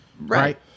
right